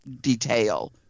detail